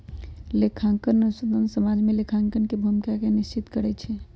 लेखांकन अनुसंधान समाज में लेखांकन के भूमिका के निश्चित करइ छै